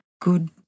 good